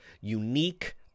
unique